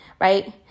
right